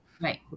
Right